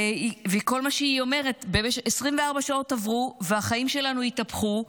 וכל מה שהיא אומרת: 24 שעות עברו והחיים שלנו התהפכו,